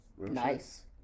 nice